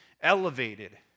elevated